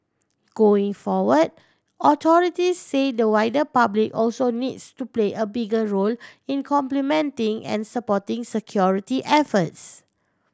going forward authority say the wider public also needs to play a bigger role in complementing and supporting security efforts